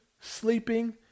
sleeping